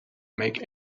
make